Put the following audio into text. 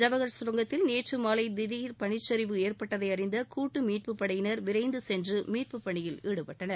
ஜவஹர் கரங்கத்தில் நேற்று மாலை திடர் பனிசரிவு ஏற்பட்டதை அறிந்த கூட்டு மீட்பு படையினர் விரைந்து சென்று மீட்பு பணியில் ஈடுபட்டனர்